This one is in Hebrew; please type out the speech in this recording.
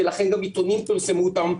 ולכן גם עיתונים פרסמו אותם,